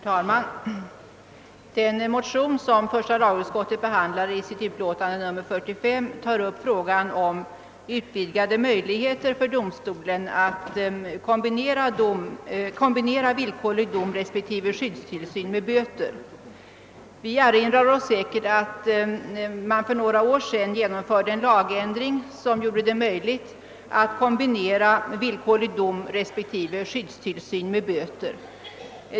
Herr talman! Den motion som första lagutskottet behandlar i sitt utlåtande nr 45 tar upp frågan om utvidgade möjligheter för domstol att kombinera villkorlig dom respektive skyddstillsyn med böter. För några år sedan genomfördes en lagändring, som gjorde det möjligt att kombinera villkorlig dom respektive skyddstillsyn med böter.